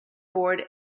board